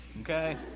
okay